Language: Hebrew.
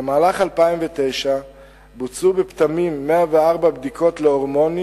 במהלך 2009 בוצעו בפטמים 104 בדיקות להורמונים